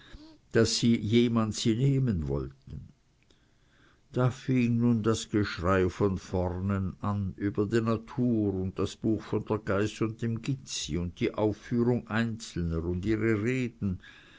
daß sie jemand sie nehmen wollten da fing nun das geschrei von vornen an über die natur und das buch von der geiß und dem gitzi und die aufführung einzelner und ihre reden